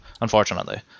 unfortunately